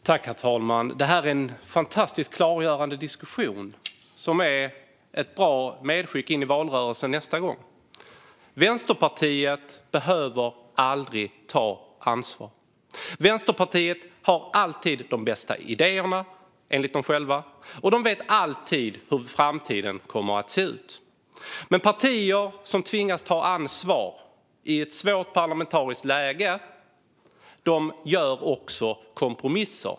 Herr talman! Det här är en fantastiskt klargörande diskussion som är ett bra medskick i valrörelsen nästa gång. Vänsterpartiet behöver aldrig ta ansvar. Vänsterpartiet har alltid de bästa idéerna, enligt dem själva, och de vet alltid hur framtiden kommer att se ut. Partier som tvingas ta ansvar i ett svårt parlamentariskt läge gör också kompromisser.